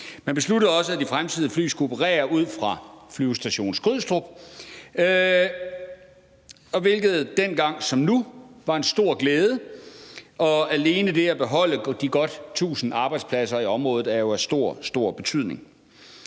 Man besluttede også, at de fremtidige fly skulle operere ud fra Flyvestation Skrydstrup, hvilket dengang som nu var en stor glæde. Alene det at beholde de godt 1.000 arbejdspladser i området er jo af stor, stor betydning.